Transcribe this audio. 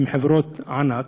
חברות הענק,